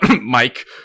mike